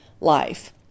life